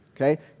okay